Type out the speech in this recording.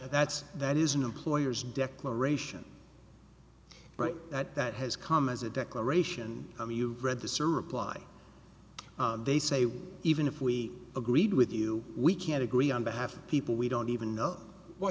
that's that is an employer's declaration right that that has come as a declaration of you read this or apply they say even if we agreed with you we can't agree on behalf of people we don't even know why i